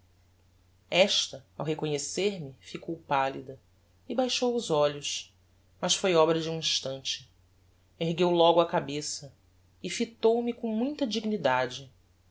esta ao reconhecer me ficou pallida e baixou os olhos mas foi obra de um instante ergueu logo a cabeça e fitou-me com muita dignidade